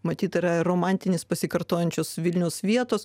matyt yra romantinis pasikartojančios vilniaus vietos